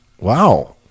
Wow